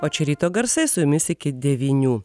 o čia ryto garsai su jumis iki devynių